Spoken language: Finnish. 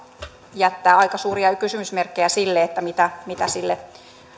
jättää aika suuria kysymysmerkkejä sen suhteen mitä sille